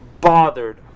bothered